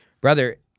Brother